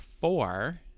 four